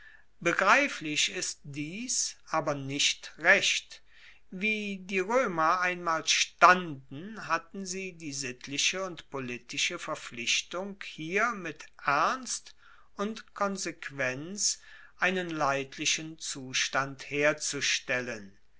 begreiflich ist dies aber nicht recht wie die roemer einmal standen hatten sie die sittliche und politische verpflichtung hier mit ernst und konsequenz einen leidlichen zustand herzustellen